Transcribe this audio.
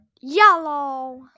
Yellow